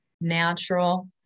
Natural